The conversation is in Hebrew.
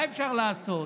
מה אפשר לעשות?